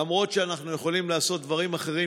למרות שאנחנו יכולים לעשות דברים אחרים,